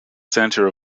center